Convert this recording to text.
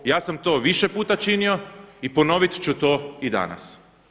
Ja sam to više puta činio i ponovit ću to i danas.